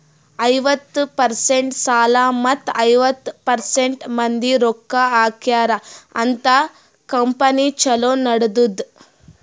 ಐವತ್ತ ಪರ್ಸೆಂಟ್ ಸಾಲ ಮತ್ತ ಐವತ್ತ ಪರ್ಸೆಂಟ್ ಮಂದಿ ರೊಕ್ಕಾ ಹಾಕ್ಯಾರ ಅಂತ್ ಕಂಪನಿ ಛಲೋ ನಡದ್ದುದ್